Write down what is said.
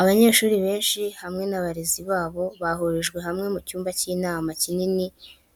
Abanyeshuri benshi hamwe n'abarezi babo bahurijwe hamwe mu cyumba cy'inama kinini